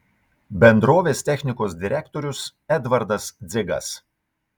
bendrovės technikos direktorius edvardas dzigas